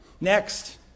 Next